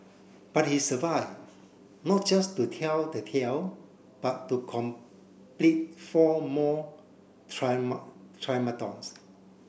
but he survived not just to tell the tale but to complete four more